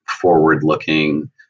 forward-looking